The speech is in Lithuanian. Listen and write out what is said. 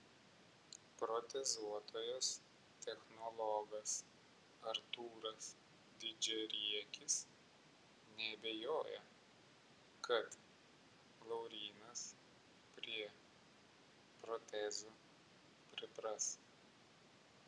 protezuotojas technologas artūras didžiariekis neabejoja kad laurynas prie protezų pripras